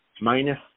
minus